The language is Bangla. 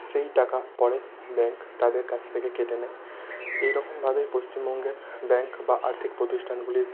সেই টাকা পরে ব্যাঙ্ক তাদের কাছ থেকে কেটে নেয় এই রকমভাবে পশ্চিমবঙ্গের ব্যাঙ্ক বা আর্থিক প্রতিষ্ঠানগুলির